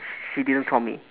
sh~ she didn't saw me